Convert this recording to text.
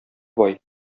бай